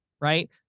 right